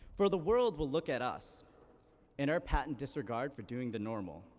for the world will look at us and our patent disregard for doing the normal.